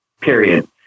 period